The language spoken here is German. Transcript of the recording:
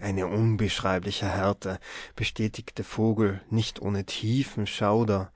eine unbeschreibliche härte bestätigte vogel nicht ohne tiefen schauder